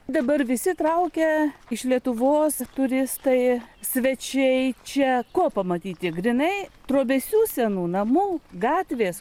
dabar visi traukia iš lietuvos turistai svečiai čia ko pamatyti grynai trobesių senų namų gatvės